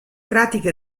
pratiche